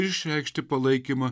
išreikšti palaikymą